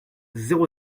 zéro